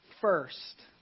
first